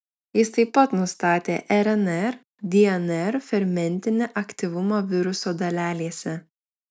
jis taip pat nustatė rnr dnr fermentinį aktyvumą viruso dalelėse